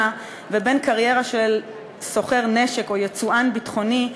ובין קריירה של סוחר נשק או יצואן ביטחוני,